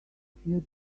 few